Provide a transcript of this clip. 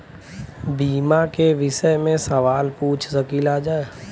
बीमा के विषय मे सवाल पूछ सकीलाजा?